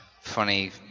funny